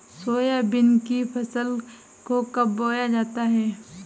Soybean की फसल को कब बोया जाता है?